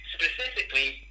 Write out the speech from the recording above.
Specifically